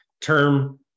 term